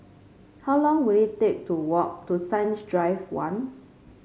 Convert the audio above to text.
how long will it take to walk to Science Drive One